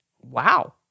Wow